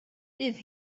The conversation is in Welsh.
bydd